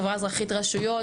חברה אזרחית - רשויות,